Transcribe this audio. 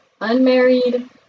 unmarried